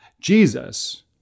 Jesus